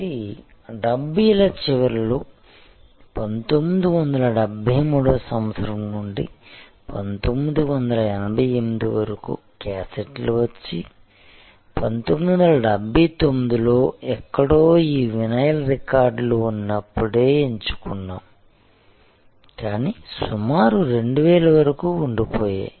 ఇది 70 ల చివరలో 1973 నుండి 1988 వరకు క్యాసెట్లు వచ్చి 1979 లో ఎక్కడో ఈ వినైల్ రికార్డులు ఉన్నప్పుడే ఎంచుకున్నాము కానీ సుమారు 2000 వరకు ఉండిపోయాయి